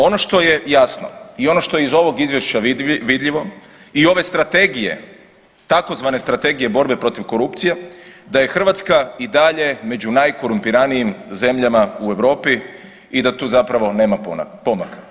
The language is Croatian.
Ono što je jasno i ono što je iz ovog izvješća vidljivo i ove strategije tzv. Strategije borbe protiv korupcije da je Hrvatska i dalje među najkorumpiranijim zemljama u Europi i da tu zapravo nema pomaka.